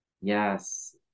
Yes